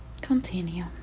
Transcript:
Continue